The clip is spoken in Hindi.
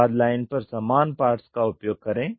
उत्पाद लाइन पर समान पार्ट्स का उपयोग करें